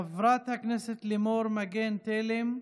חברת הכנסת לימור מגן תלם,